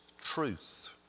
truth